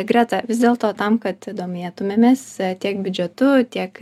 greta vis dėlto tam kad domėtumėmės tiek biudžetu tiek